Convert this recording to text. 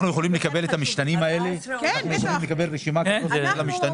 אנחנו יכולים לקבל רשימה של המשתנים?